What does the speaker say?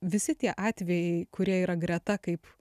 visi tie atvejai kurie yra greta kaip